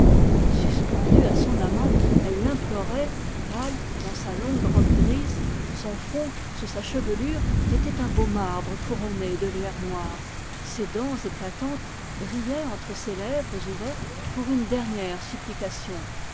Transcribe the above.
suspendue à son amant elle l'implorait pâle dans sa longue robe grise son front sous sa chevelure était un beau marbre couronné de lierre noir ses dents éclatantes brillaient entre ses lèvres ouvertes pour une dernière supplication